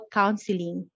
counseling